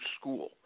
school